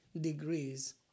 degrees